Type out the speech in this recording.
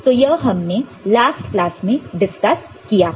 तो यह हमने लास्ट क्लास में डिस्कस किया था